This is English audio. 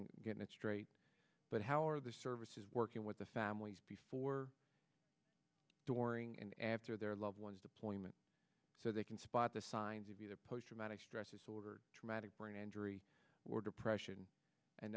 getting it straight but how are the services working with the families before during and after their loved ones deployment so they can spot the signs of post traumatic stress disorder traumatic brain injury or depression and